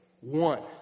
One